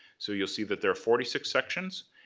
so you'll see that there are forty six sections,